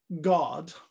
god